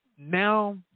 Now